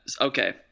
okay